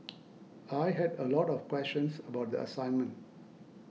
I had a lot of questions about the assignment